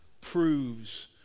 proves